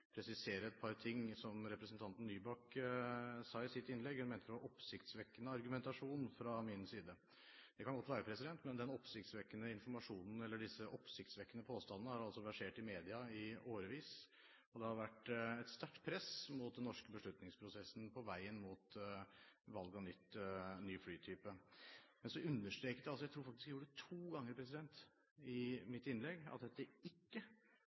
presisere et par ting som representanten Nybakk sa i sitt innlegg. Hun mente det var «oppsiktsvekkende» argumentasjon fra min side. Det kan godt være, men den oppsiktsvekkende informasjonen, eller disse oppsiktsvekkende påstandene, har altså versert i media i årevis. Det har vært et sterkt press mot den norske beslutningsprosessen på veien mot valg av ny flytype. Så understreket jeg, og jeg tror faktisk jeg gjorde det to ganger i mitt innlegg, at dette ikke